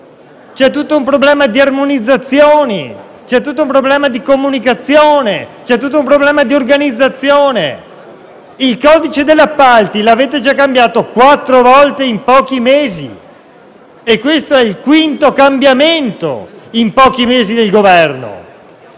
c'è un problema di armonizzazioni, ma anche di comunicazione e di organizzazione. Il codice degli appalti lo avete già cambiato quattro volte in pochi mesi. Questo è il quinto cambiamento in pochi mesi di Governo.